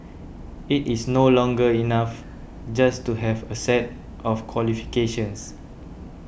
it is no longer enough just to have a set of qualifications